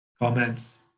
Comments